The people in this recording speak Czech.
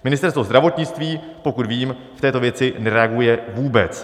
Ministerstvo zdravotnictví, pokud vím, v této věci nereaguje vůbec.